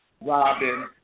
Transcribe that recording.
Robin